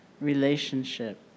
relationship